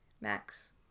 Max